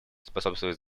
способствует